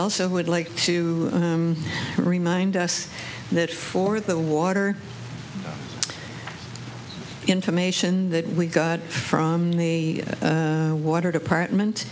also would like to remind us that for the water information that we got from the water department